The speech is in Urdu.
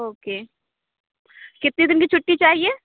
اوکے کتنے دن کی چھٹی چاہیے